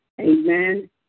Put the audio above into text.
Amen